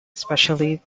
especially